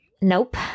Nope